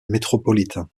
métropolitain